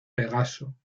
pegaso